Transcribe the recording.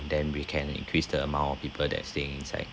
then we can increase the amount of people that is staying inside